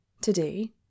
Today